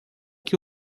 que